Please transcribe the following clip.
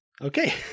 okay